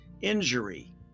injury